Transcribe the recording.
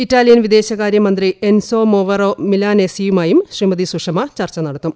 Italian വിദേശകാര്യ്യമുൾതി Enzo Moavero മിലാനേസിയുമായും ശ്രീമതി സുഷമ ചർച്ച നടത്തും